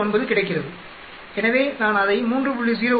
09 கிடைக்கிறது எனவே நான் அதை 3